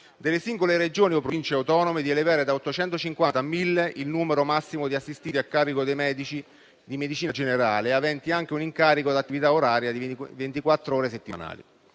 delle singole Regioni o Province autonome, di elevare da 850 a 1.000 il numero massimo di assistiti a carico dei medici di medicina generale, aventi anche un incarico ad attività oraria di ventiquattr'ore settimanali.